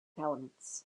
elements